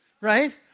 right